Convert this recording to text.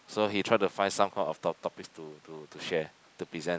so he try to find some kind of top~ topics to to to share to present